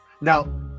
Now